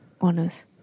honest